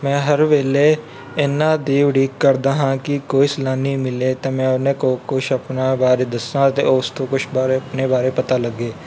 ਮੈਂ ਹਰ ਵੇਲੇ ਇਹਨਾਂ ਦੀ ਉਡੀਕ ਕਰਦਾ ਹਾਂ ਕਿ ਕੋਈ ਸੈਲਾਨੀ ਮਿਲੇ ਤਾਂ ਮੈਂ ਉਹਨੇ ਕੋਲ ਕੁਛ ਆਪਣਾ ਬਾਰੇ ਦੱਸਾਂ ਅਤੇ ਉਸ ਤੋਂ ਕੁਛ ਬਾਰੇ ਆਪਣੇ ਬਾਰੇ ਪਤਾ ਲੱਗੇ